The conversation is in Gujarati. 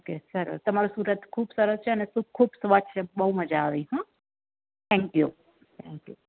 ઓકે સરસ તમારું સુરત ખૂબ સરસ છે અને ખૂબ ખૂબ સ્વચ્છ છે બહુ મજ્જા આવી હોં થેન્ક યુ થેન્ક યુ